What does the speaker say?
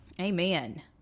Amen